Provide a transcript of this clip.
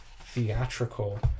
theatrical